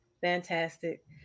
fantastic